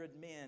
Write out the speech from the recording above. men